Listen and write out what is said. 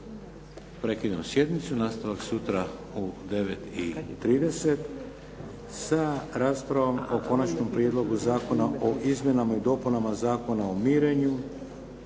Prekidam sjednicu. Nastavak sutra u 9,30 sa raspravom o Konačnom prijedlogu zakona o izmjenama i dopunama Zakona o mjerenju,